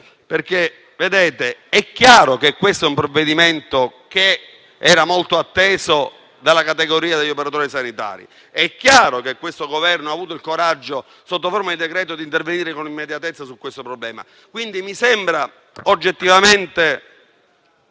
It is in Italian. È chiaro che questo è un provvedimento molto atteso dalla categoria degli operatori sanitari e che questo Governo ha avuto il coraggio, sotto forma di decreto, di intervenire con immediatezza su questo problema.